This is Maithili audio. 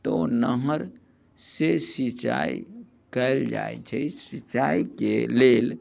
तऽ ओ नहर से सिचाइ कयल जाइत छै सिचाइके लेल